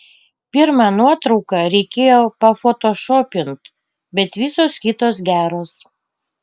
pirmą nuotrauką reikėjo pafotošopint bet visos kitos geros